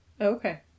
Okay